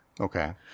Okay